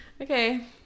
Okay